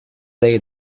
day